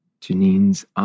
Janine's